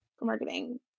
marketing